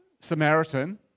Samaritan